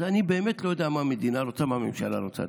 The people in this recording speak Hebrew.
אז אני באמת לא יודע מה המדינה רוצה ומה הממשלה רוצה.